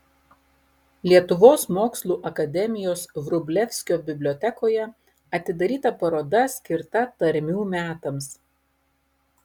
lietuvos mokslų akademijos vrublevskio bibliotekoje atidaryta paroda skirta tarmių metams